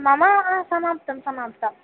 मम समाप्तं समाप्तम्